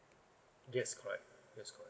yes correct yes correct